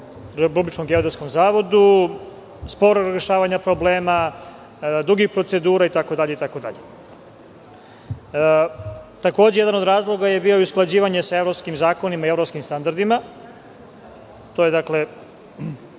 Republičkom geodetskom zavodu, sporo rešavanje problema, dugih procedura, itd. Takođe, jedan od razloga je bio i usklađivanje sa evropskim zakonima i sa evropskim standardima. To je dakle